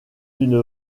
une